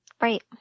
Right